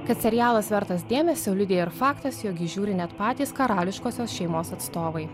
kad serialas vertas dėmesio liudija ir faktas jog jį žiūri net patys karališkosios šeimos atstovai